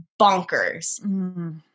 bonkers